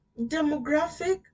Demographic